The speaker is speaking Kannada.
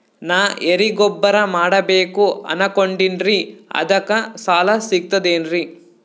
ನಾ ಎರಿಗೊಬ್ಬರ ಮಾಡಬೇಕು ಅನಕೊಂಡಿನ್ರಿ ಅದಕ ಸಾಲಾ ಸಿಗ್ತದೇನ್ರಿ?